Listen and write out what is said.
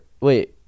Wait